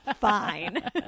fine